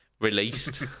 released